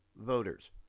voters